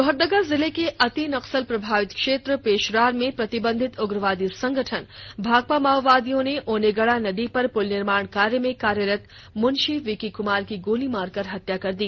लोहरदगा जिले के अति नक्सल प्रभावित क्षेत्र पेशरार में प्रतिबंधित उग्रवादी संगठन भाकपा माओवादियों ने ओनेगड़ा नदी पर पुल निर्माण कार्य में कार्यरत मुंशी विक्की कुमार की गोली मार कर हत्या कर दी